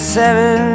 seven